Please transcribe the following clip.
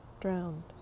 Drowned